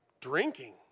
drinking